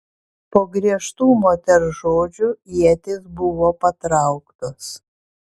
po griežtų moters žodžių ietys buvo patrauktos